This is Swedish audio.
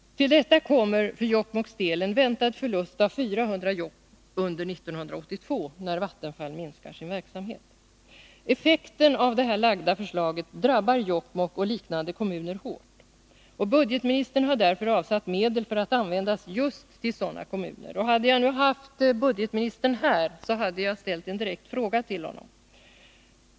Till detta kommer för Jokkmokks del en väntad förlust av 400 arbeten under 1982, när Vattenfall minskar sin verksamhet. Effekten av det framlagda förslaget drabbar Jokkmokk och liknande kommuner hårt. Budgetministern har därför avsatt medel, som skall användas just för sådana kommuner. Hade jag nu haft budgetministern här skulle jag ha ställt en direkt fråga till honom.